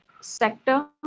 sector